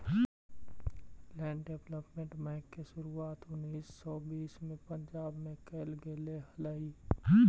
land development bank के शुरुआत उन्नीस सौ बीस में पंजाब में कैल गेले हलइ